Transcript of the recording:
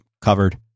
covered